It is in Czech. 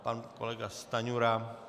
Pan kolega Stanjura.